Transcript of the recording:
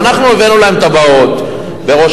ואנחנו הבאנו להם תב"עות בראש-העין,